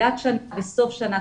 תחילת שנה וסוף שנה,